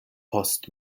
post